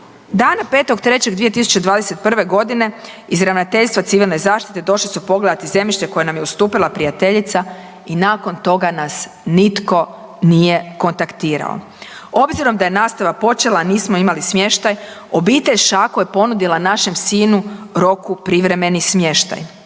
Dana 5.3.2021. godine iz Ravnateljstva Civilne zaštite došli su pogledati zemljište koje nam je ustupila prijateljica i nakon toga nas nitko nije kontaktirao. Obzirom da je nastava počela nismo imali smještaj, obitelj Šako je ponudila našem sinu Roku privremeni smještaj.